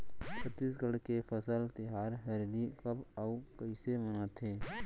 छत्तीसगढ़ के फसल तिहार हरेली कब अउ कइसे मनाथे?